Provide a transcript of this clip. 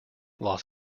las